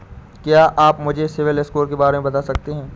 क्या आप मुझे सिबिल स्कोर के बारे में बता सकते हैं?